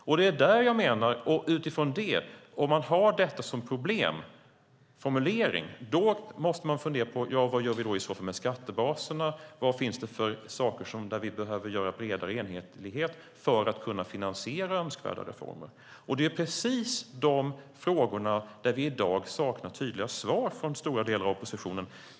Om man har detta som problemformulering måste man fundera på vad man gör med skattebaserna och var man behöver ha bredare enhetlighet för att kunna finansiera önskvärda reformer. Det är precis frågan om vilka problem som finns som vi i dag saknar tydliga svar på från stora delar av oppositionen.